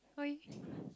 !oi!